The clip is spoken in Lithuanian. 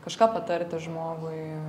kažką patarti žmogui